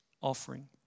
offering